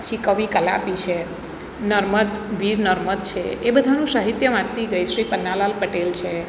પછી કવિ કલાપી છે નર્મદ વીર નર્મદ છે એ બધાનું સાહિત્ય વાંચતી ગઈ શ્રી પન્નાલાલ પટેલ છે